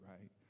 right